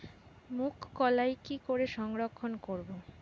মুঘ কলাই কি করে সংরক্ষণ করব?